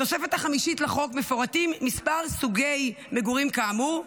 בתוספת החמישית לחוק מפורטים כמה סוגי מגורים כאמור,